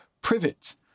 Privet